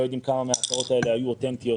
יודעים כמה מההצהרות האלה היו אותנטיות,